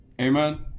Amen